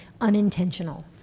unintentional